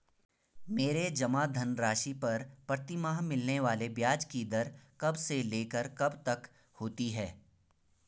मेरे जमा धन राशि पर प्रतिमाह मिलने वाले ब्याज की दर कब से लेकर कब तक होती है?